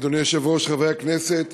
אדוני היושב-ראש, חברי הכנסת,